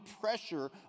pressure